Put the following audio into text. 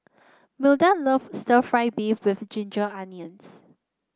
Milda loves stir fry beef with Ginger Onions